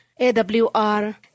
AWR